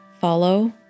follow